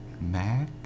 Mac